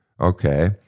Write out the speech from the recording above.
Okay